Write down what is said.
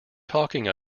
talking